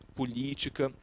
política